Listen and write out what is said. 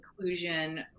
inclusion